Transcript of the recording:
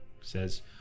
says